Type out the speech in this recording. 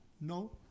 No